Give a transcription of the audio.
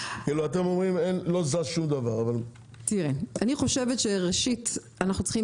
אתם אומרים "לא זז שום דבר" אבל --- אני חושבת שראשית אנחנו צריכים